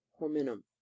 horminum